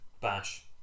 Bash